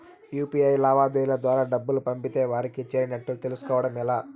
UPI లావాదేవీల ద్వారా డబ్బులు పంపితే వారికి చేరినట్టు తెలుస్కోవడం ఎలా?